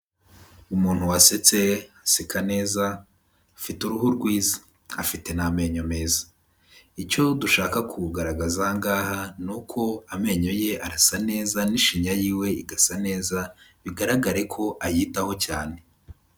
Umuntu wasetse aseka neza afite uruhu rwiza afite n'amenyo meza, icyo dushaka kugaragaza aha ngaha ni uko amenyo ye arasa neza n'ishinya yiwe igasa neza bigaragare ko ayitaho cyane.